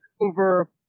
over